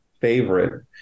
favorite